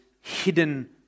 hidden